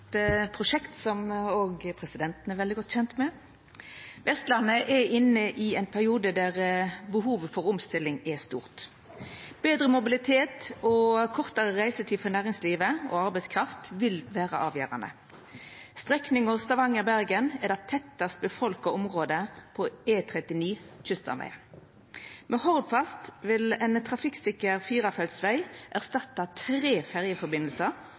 prosjekt som presidenten òg er veldig godt kjend med. Vestlandet er inne i ein periode der behovet for omstilling er stort. Betre mobilitet, kortare reisetid for næringslivet og arbeidskraft vil vera avgjerande. Strekninga Stavanger–Bergen er det mest folketette området på E39 Kyststamvegen. Med Hordfast vil ein trafikksikker firefelts veg erstatta tre